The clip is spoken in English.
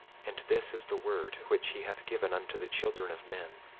and this is the word which he hath given unto the children of men.